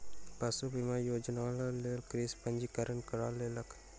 पशु बीमा योजनाक लेल कृषक पंजीकरण करा लेलक